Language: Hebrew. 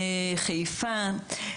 בחיפה.